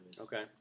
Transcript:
Okay